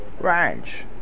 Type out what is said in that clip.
ranch